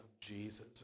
Jesus